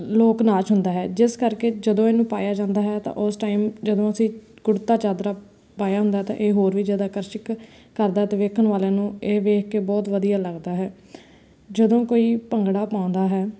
ਲੋਕ ਨਾਚ ਹੁੰਦਾ ਹੈ ਜਿਸ ਕਰਕੇ ਜਦੋਂ ਇਹਨੂੰ ਪਾਇਆ ਜਾਂਦਾ ਹੈ ਤਾਂ ਉਸ ਟਾਈਮ ਜਦੋਂ ਅਸੀਂ ਕੁੜਤਾ ਚਾਦਰਾ ਪਾਇਆ ਹੁੰਦਾ ਤਾਂ ਇਹ ਹੋਰ ਵੀ ਜ਼ਿਆਦਾ ਆਕਰਸ਼ਿਕ ਕਰਦਾ ਅਤੇ ਵੇਖਣ ਵਾਲਿਆਂ ਨੂੰ ਇਹ ਵੇਖ ਕੇ ਬਹੁਤ ਵਧੀਆ ਲੱਗਦਾ ਹੈ ਜਦੋਂ ਕੋਈ ਭੰਗੜਾ ਪਾਉਂਦਾ ਹੈ